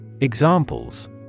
Examples